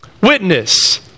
witness